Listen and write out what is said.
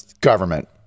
government